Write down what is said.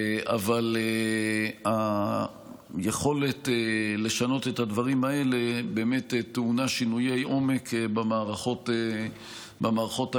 אבל היכולת לשנות את הדברים האלה באמת טעונה שינויי עומק במערכות האלה,